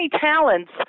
talents